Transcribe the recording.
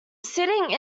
sitting